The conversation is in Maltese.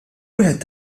wieħed